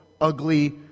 ugly